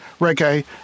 reggae